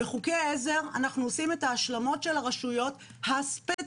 וחוקי עזר אנחנו עושים את ההשלמות של הרשויות הספציפיות.